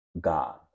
god